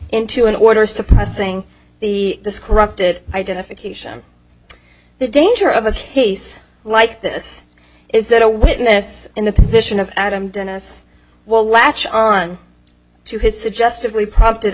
into an order suppressing the this corrupted identification and the danger of a case like this is that a witness in the position of adam dunn as well latch on to his suggestively prompted